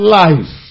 life